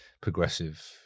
Progressive